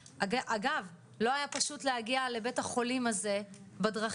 אגב לא היה פשוט להגיע לבית החולים הזה בדרכים,